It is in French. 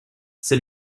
c’est